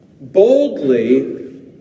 boldly